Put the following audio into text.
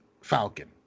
Falcon